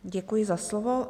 Děkuji za slovo.